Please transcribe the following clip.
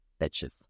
bitches